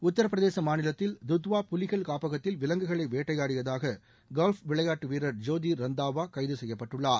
உத்திரபிரதேச மாநிலத்தில் துத்வா புலிகள் காப்பகத்தில் விலங்குகளை வேட்டையாடியதாக கோல்ஃப் விளையாட்டு வீரர் ஜோதி ரந்தாவா கைது செய்யப்பட்டுள்ளார்